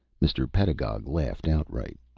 mr. pedagog laughed outright.